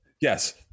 yes